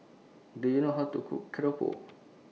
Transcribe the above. Do YOU know How to Cook Keropok